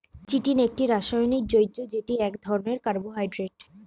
chitin একটি রাসায়নিক যৌগ্য যেটি এক ধরণের কার্বোহাইড্রেট